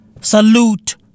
Salute